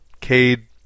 Cade